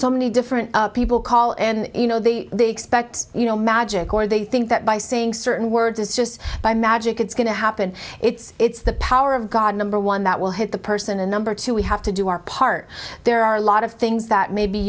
so many different people call and you know they expect you know magic or they think that by saying certain words is just by magic it's going to happen it's the power of god number one that will hit the person and number two we have to do our part there are a lot of things that maybe